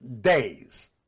days